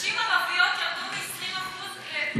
נשים ערביות ירדו מ-20% לפחות,